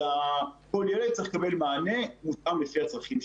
אלא כל ילד צריך לקבל מענה מותאם לצרכיו.